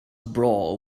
brough